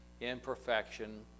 imperfection